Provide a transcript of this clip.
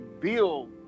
build